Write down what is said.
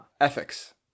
ethics